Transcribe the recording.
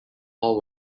while